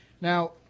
Now